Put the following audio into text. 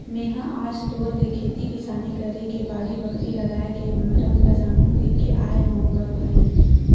मेहा आज तोर ले खेती किसानी करे के बाड़ी, बखरी लागए के मरम ल जानहूँ कहिके आय हँव ग भाई